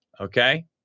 Okay